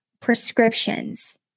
prescriptions